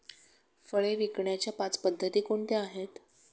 फळे विकण्याच्या पाच पद्धती कोणत्या आहेत?